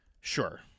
Sure